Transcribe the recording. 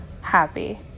happy